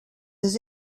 his